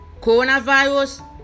Coronavirus